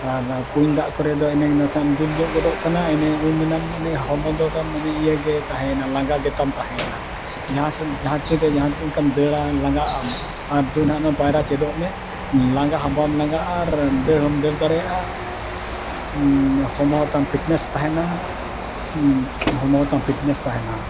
ᱟᱨ ᱠᱩᱧ ᱫᱟᱜ ᱠᱚᱨᱮ ᱫᱚ ᱮᱱᱮᱜᱮ ᱱᱟᱥᱮᱢ ᱫᱩᱞ ᱧᱚᱜ ᱜᱚᱫᱚᱜ ᱠᱟᱱᱟ ᱮᱱᱮ ᱩᱢ ᱮᱱᱟᱢ ᱦᱚᱲᱢᱚ ᱫᱚ ᱛᱟᱢ ᱮᱱᱮ ᱤᱭᱟᱹ ᱜᱮ ᱛᱟᱦᱮᱸᱭᱮᱱᱟ ᱞᱟᱸᱜᱟ ᱜᱮᱛᱟᱢ ᱛᱟᱦᱮᱸᱭᱮᱱᱟ ᱡᱟᱦᱟᱸ ᱥᱮᱫ ᱡᱟᱦᱟᱸ ᱛᱤᱱᱨᱮ ᱡᱟᱦᱟᱸ ᱞᱮᱠᱟᱢ ᱫᱟᱹᱲᱟ ᱞᱟᱸᱜᱟᱜ ᱟᱢ ᱟᱨ ᱫᱩ ᱱᱟᱦᱟᱸᱜ ᱯᱟᱭᱨᱟ ᱪᱮᱫᱚᱜ ᱢᱮ ᱞᱟᱸᱜᱟ ᱦᱚᱸ ᱵᱟᱢ ᱞᱟᱸᱜᱟᱜᱼᱟ ᱟᱨ ᱫᱟᱹᱲ ᱦᱚᱸᱢ ᱫᱟᱹᱲ ᱫᱟᱲᱮᱭᱟᱜᱼᱟ ᱦᱚᱲᱢᱚ ᱦᱚᱸᱛᱟᱢ ᱯᱷᱤᱴᱱᱮᱥ ᱛᱟᱦᱮᱱᱟ ᱦᱚᱲᱢᱚ ᱦᱟᱛᱟᱢ ᱯᱷᱤᱴᱱᱮᱥ ᱛᱟᱦᱮᱱᱟ